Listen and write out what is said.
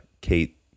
Kate